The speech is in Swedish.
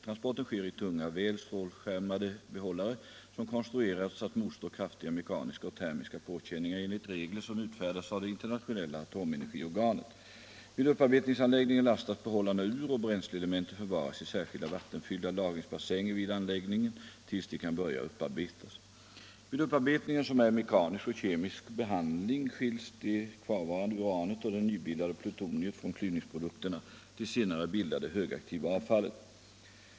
Transporten sker i tunga väl strålskärmade behållare som konstruerats att motstå kraftiga mekaniska och termiska påkänningar enligt regler som utfärdats av det internationella atomenergiorganet . Vid upparbetningsanläggningen lastas behållarna ur och bränsleelementen förvaras i särskilda vattenfyllda lagringsbassänger vid anläggningen tills de kan börja upparbetas. Vid upparbetningen som är en mekanisk och kemisk behandling skiljs det kvarvarande uranet och det nybildade plutoniet från klyvningsprodukterna. De senare bildar det högaktiva avfallet.